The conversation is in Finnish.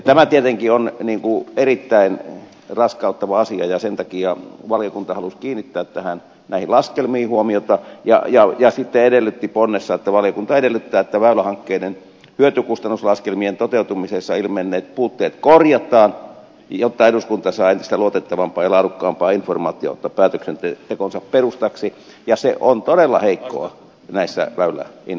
tämä tietenkin on erittäin raskauttava asia ja sen takia valiokunta halusi kiinnittää näihin laskelmiin huomiota ja sitten edellytti ponnessa että valiokunta edellyttää että väylähankkeiden hyötykustannus laskelmien toteutumisessa ilmenneet puutteet korjataan jotta eduskunta saa entistä luotettavampaa ja laadukkaampaa informaatiota päätöksentekonsa perustaksi ja se on todella heikkoa näissä väyläinvestoinneissa